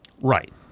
right